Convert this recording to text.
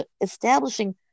establishing